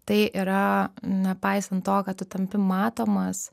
tai yra nepaisant to kad tu tampi matomas